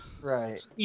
Right